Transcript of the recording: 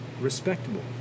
Respectable